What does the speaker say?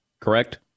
correct